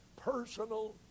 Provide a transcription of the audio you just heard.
personal